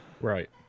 Right